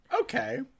Okay